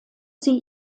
sie